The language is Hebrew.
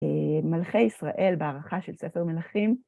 מלכי ישראל בהערכה של ספר מלכים.